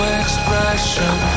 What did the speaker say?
expression